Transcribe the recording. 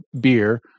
beer